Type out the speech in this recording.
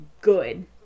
good